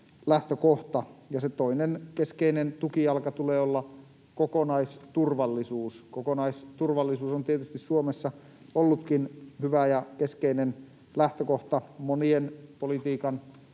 Ja sen toisen keskeisen tukijalan tulee olla kokonaisturvallisuus. Kokonaisturvallisuus on tietysti Suomessa ollutkin hyvä ja keskeinen lähtökohta monien politiikan käytännön